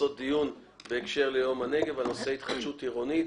לעשות דיון בהקשר ליום הנגב בנושא התחדשות עירונית.